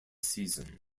season